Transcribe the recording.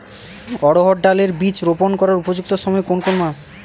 অড়হড় ডাল এর বীজ রোপন করার উপযুক্ত সময় কোন কোন মাস?